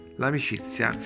l'amicizia